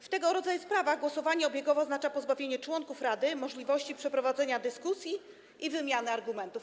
W tego rodzaju sprawach głosowanie obiegowe oznacza pozbawienie członków rady możliwości przeprowadzenia dyskusji i wymiany argumentów.